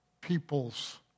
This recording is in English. peoples